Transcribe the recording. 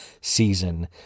season